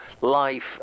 life